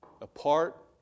apart